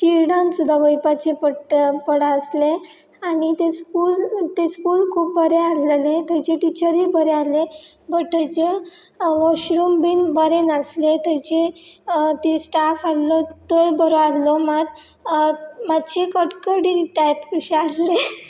चिड्डून सुद्दा वयपाचें पडटा पडा आसलें आनी ते स्कूल ते स्कूल खूब बरें आसलेलें थंयचे टिचरीूय बरें आसलें बट थंयचे वॉशरूम बीन बरें नासलें थंयची ती स्टाफ आहलो तोय बरो आहलो मात मातशे कटकट टायप कशें आसलें